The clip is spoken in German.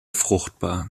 fruchtbar